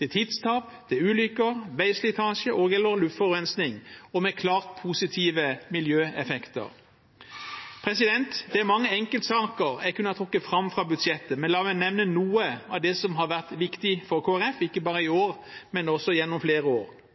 tidstap, ulykker, veislitasje og/eller luftforurensning og med klart positive miljøeffekter. Det er mange enkeltsaker jeg kunne ha trukket fram fra budsjettet, men la meg nevne noe av det som har vært viktig for Kristelig Folkeparti, ikke bare i år, men også gjennom flere år: